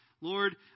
Lord